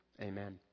Amen